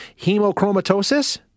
hemochromatosis